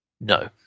No